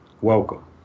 welcome